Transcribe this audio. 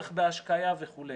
צורך בהשקיה וכו',